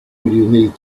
need